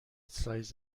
سایز